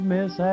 Miss